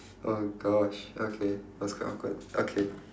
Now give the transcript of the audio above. oh gosh okay that was quite awkward okay